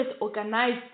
organized